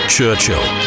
Churchill